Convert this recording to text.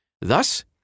Thus